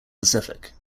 pacific